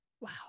Wow